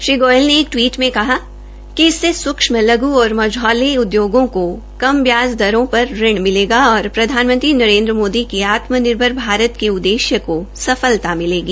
श्री गोयल ने एक टवीट में कहा कि इससे सूक्ष्म लघ् और मझौले उद्योगों को कम ब्याज दरों पर ऋण मिलेगा और प्रधानमंत्री नरेन्द्र मोदी के आत्मनिर्भर भारत के उददेश्य को सफलता मिलेगी